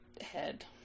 head